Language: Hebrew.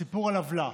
סיפור על עוולה.